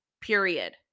period